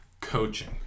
Coaching